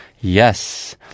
Yes